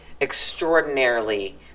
extraordinarily